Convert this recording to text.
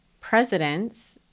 presidents